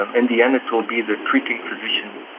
um in the end it will be the treating physician,